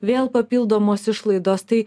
vėl papildomos išlaidos tai